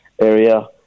area